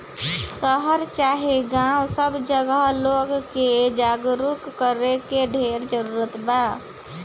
शहर चाहे गांव सब जगहे लोग के जागरूक करे के ढेर जरूरत बा